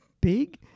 big